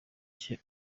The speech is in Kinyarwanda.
cye